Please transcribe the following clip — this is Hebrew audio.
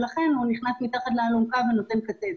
ולכן הוא נכנס מתחת לאלונקה ונותן כתף.